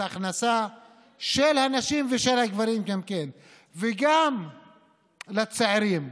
את ההכנסה של הנשים וגם של הגברים וגם של הצעירים,